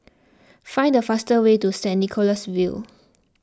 find the fastest way to Saint Nicholas View